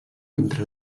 entre